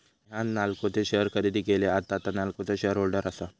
नेहान नाल्को चे शेअर खरेदी केले, आता तां नाल्कोचा शेअर होल्डर आसा